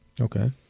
Okay